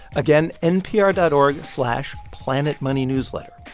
again, npr dot org slash planetmoneynewsletter.